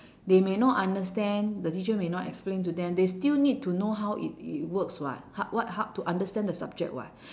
they may not understand the teacher may not explain to them they still need to know how it it works [what] how what how to understand the subject [what]